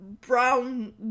brown